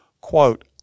quote